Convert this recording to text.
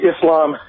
Islam